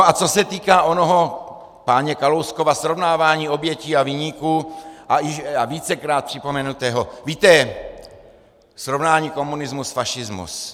A co se týká onoho páně Kalouskova srovnávání obětí a viníků, a vícekrát připomenutého, víte, srovnání komunismus fašismus.